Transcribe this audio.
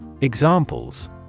Examples